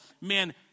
man